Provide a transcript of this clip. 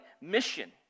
mission